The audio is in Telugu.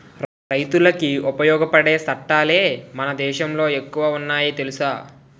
రైతులకి ఉపయోగపడే సట్టాలే మన దేశంలో ఎక్కువ ఉన్నాయి తెలుసా